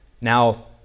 Now